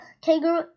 kangaroo